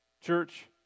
Church